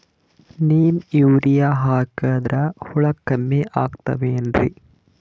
Neem urea ಹಾಕದ್ರ ಹುಳ ಕಮ್ಮಿ ಆಗತಾವೇನರಿ?